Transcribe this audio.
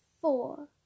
four